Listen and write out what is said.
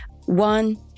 One